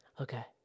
Okay